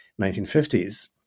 1950s